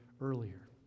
earlier